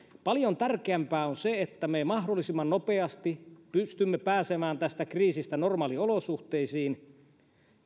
paljon tärkeämpää on se että me mahdollisimman nopeasti pystymme pääsemään tästä kriisistä normaaliolosuhteisiin